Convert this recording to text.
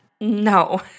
no